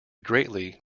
greatly